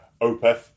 Opeth